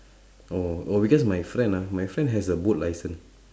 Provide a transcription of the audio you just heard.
oh oh because my friend ah my friend has a boat license